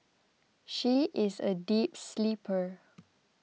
she is a deep sleeper